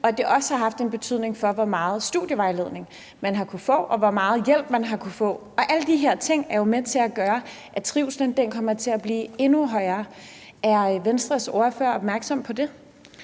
og at det også har haft en betydning for, hvor meget studievejledning man har kunnet få, og hvor meget hjælp man har kunnet få. Alle de her ting er jo med til at gøre, at mistrivslen bliver endnu større. Er Venstres ordfører opmærksom på det?